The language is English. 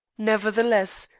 nevertheless,